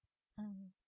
mm